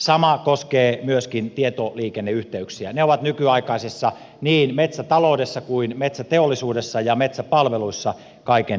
sama koskee myöskin tietoliikenneyhteyksiä ne ovat nykyaikaisessa metsätaloudessa metsäteollisuudessa ja metsäpalveluissa kaiken elinehto